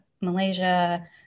Malaysia